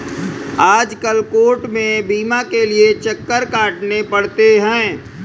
आजकल कोर्ट में बीमा के लिये चक्कर काटने पड़ते हैं